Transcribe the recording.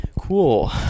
Cool